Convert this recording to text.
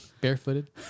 barefooted